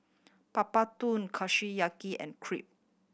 Papadum Kushiyaki and Crepe